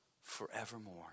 forevermore